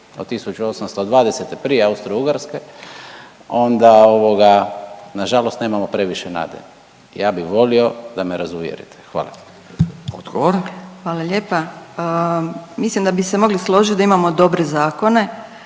od 1820. prije Austro-Ugarske, onda ovoga, nažalost nemamo previše nade. Ja bi volio da me razuvjerite. Hvala. **Radin, Furio (Nezavisni)** Odgovor. **Magaš, Dunja** Hvala lijepa. Mislim da bi se mogli složiti da imamo dobre zakone,